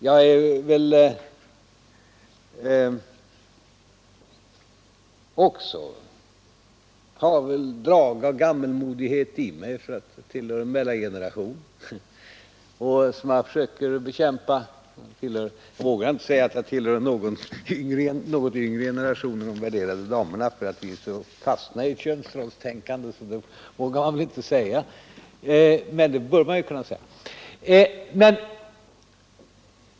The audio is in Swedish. Jag har väl också drag av gammalmodighet i mig, som jag försöker bekämpa — jag tillhör ju en mellangeneration. Eftersom vi är så fast i könsrollstänkandet vågar jag väl inte säga att jag tillhör en något yngre generation än de värderade damerna, men det bör man egentligen kunna säga.